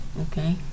okay